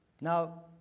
Now